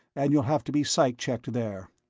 and you'll have to be psych-checked there.